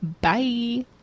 Bye